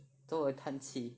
做什么叹气